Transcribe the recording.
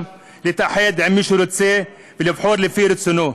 להתאחד עם מי שהוא רוצה ולבחור לפי רצונו.